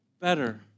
better